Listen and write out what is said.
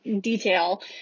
detail